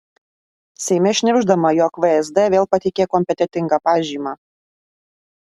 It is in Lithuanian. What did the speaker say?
seime šnibždama jog vsd vėl pateikė kompetentingą pažymą